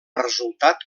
resultat